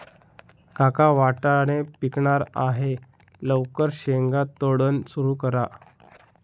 काका वाटाणे पिकणार आहे लवकर शेंगा तोडणं सुरू करा